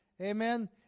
Amen